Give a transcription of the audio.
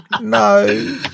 no